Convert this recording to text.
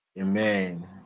amen